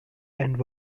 and